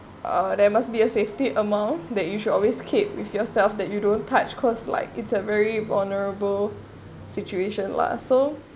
there must be a safety amount that you should always kept with yourself that you don't touch cause like it's a very vulnerable situation lah so